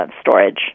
storage